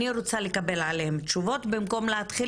אני רוצה לקבל עליהם תשובות במקום להתחיל